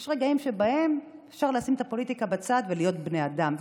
יש רגעים שבהם אפשר לשים את הפוליטיקה בצד ולהיות בני אדם,